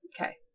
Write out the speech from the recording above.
Okay